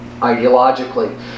ideologically